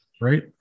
right